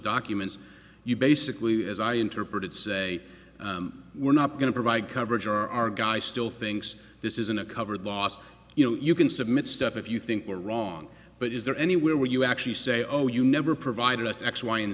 documents you basically as i interpreted say we're not going to provide coverage or our guy still thinks this isn't a covered loss you know you can submit stuff if you think they're wrong but is there anywhere where you actually say oh you never provided us x y and